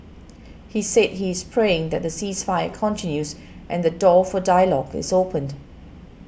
he said he is praying that the ceasefire continues and the door for dialogue is opened